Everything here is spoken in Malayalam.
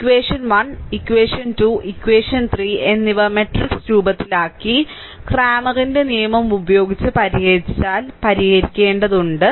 ഇക്വഷൻ 1 ഇക്വഷൻ 1 2 ഇക്വഷൻ 3 എന്നിവ മാട്രിക്സ് രൂപത്തിലാക്കി ക്ലാമറിന്റെ നിയമം ഉപയോഗിച്ച് പരിഹരിച്ചാൽ പരിഹരിക്കേണ്ടതുണ്ട്